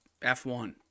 F1